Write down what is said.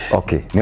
okay